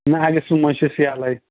نہَ اَگَستَس منٛز چھِ أسۍ یَلے